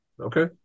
Okay